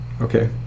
Okay